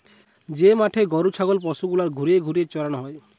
যে মাঠে গরু ছাগল পশু গুলার ঘুরিয়ে ঘুরিয়ে চরানো হয়